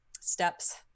steps